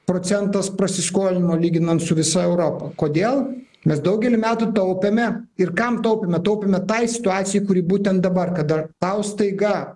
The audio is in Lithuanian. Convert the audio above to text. procentas prasiskolinimo lyginant su visa europa kodėl mes daugelį metų taupėme ir kam taupėme taupėme tai situacija kuri būtent dabar kada tau staiga